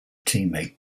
teammate